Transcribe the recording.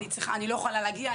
"אני לא יכולה להגיע,